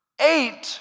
eight